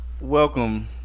Welcome